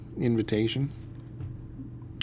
invitation